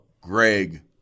Greg